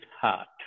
heart